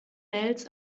mails